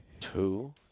two